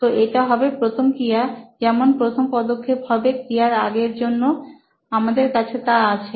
তো এটা হবে প্রথম ক্রিয়া যেমন প্রথম পদক্ষেপ হবে ক্রিয়ার আগেএর জন্য আমাদের কাছে তা আছে